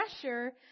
pressure